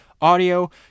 audio